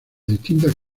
distintas